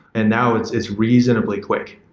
and now, it's it's reasonably quick.